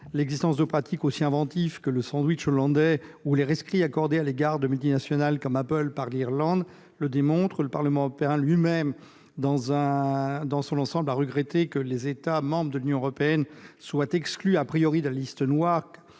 L'existence de pratiques aussi inventives que le « sandwich hollandais » ou les rescrits accordés aux multinationales, comme à Apple par l'Irlande, le démontrent. Le Parlement européen lui-même, dans son ensemble, a regretté que les États membres de l'Union soient exclus de la liste noire